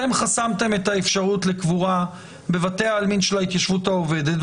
אתם חסמתם את האפשרות לקבורה בבתי העלמין של ההתיישבות העובדת.